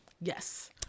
Yes